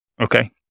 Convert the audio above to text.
Okay